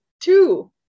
two